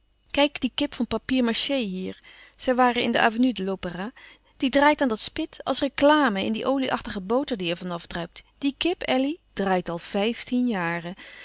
kijk die kip van papier mâché hier zij waren in de avenue de l'opéra die draait aan dat spit als reclame in die olie achtige boter die er van afdruipt die kip elly draait al vijftien jaren